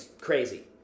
crazy